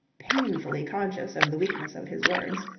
painfully conscious of the weakness of his words.